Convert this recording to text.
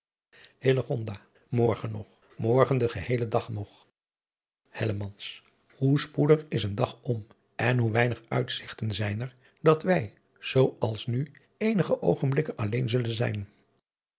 morgen nog morgen den ge geheelen dag nog hellemans hoe spoedig is een dag om en hoe weinig uitzigten zijn er dat wij zoo als nu eenige oogenblikken alleen zullen zijn